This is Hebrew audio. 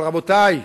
אבל, רבותי,